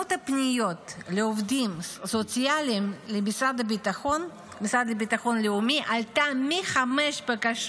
מספר הפניות של עובדים סוציאליים למשרד לביטחון לאומי עלתה מחמש בקשות